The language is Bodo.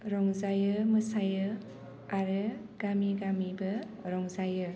रंजायो मोसायो आरो गामि गामिबो रंजायो